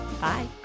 Bye